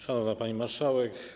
Szanowna Pani Marszałek!